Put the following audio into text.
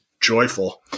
joyful